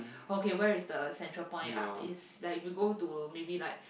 okay where is the central point ah is like if you go to maybe like